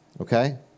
Okay